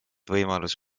võimalus